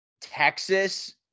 Texas